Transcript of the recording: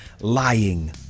lying